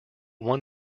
one